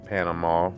Panama